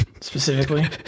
specifically